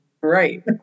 Right